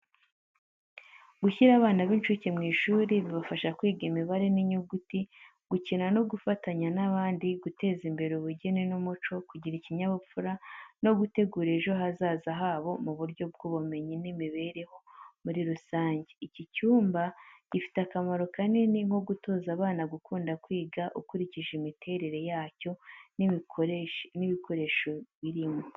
Gushyira abana b’incuke mu ishuri bibafasha kwiga imibare n’inyuguti, gukina no gufatanya n’abandi, guteza imbere ubugeni n’umuco, kugira ikinyabupfura, no gutegura ejo hazaza habo mu buryo bw’ubumenyi n’imibereho muri rusange. Iki cyumba gifite akamaro kanini nko gutoza abana gukunda kwiga ukurikije imitere yacyo n'ibikoresho birimo.